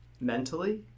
mentally